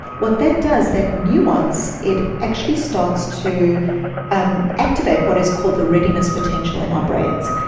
what that does, that nuance, it actually starts to um activate what is called the readiness potential in our brains.